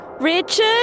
Richard